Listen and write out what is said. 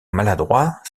maladroit